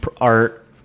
Art